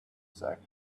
zach